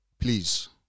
please